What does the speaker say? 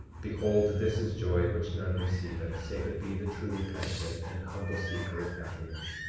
behold, this is joy which none receiveth save it be the truly penitent and humble seeker of happiness.